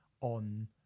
on